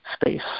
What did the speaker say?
space